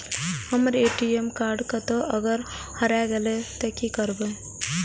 हमर ATM card कतहो अगर हेराय गले ते की करबे?